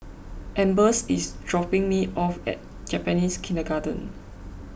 Ambers is dropping me off at Japanese Kindergarten